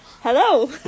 Hello